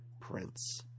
Prince